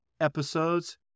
episodes